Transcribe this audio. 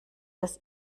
dass